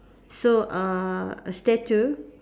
so uh a statue